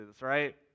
right